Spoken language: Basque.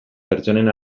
pertsonen